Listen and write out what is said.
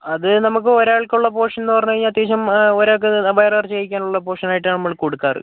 അത് നമുക്ക് ഒരാൾക്കുള്ള പോർഷൻ എന്നു പറഞ്ഞു കഴിഞ്ഞാൽ അത്യാവശ്യം ഒരാൾക്ക് വയറു നിറച്ചു കഴിക്കാനുള്ള പോർഷനായിട്ടാണ് നമ്മൾ കൊടുക്കാറ്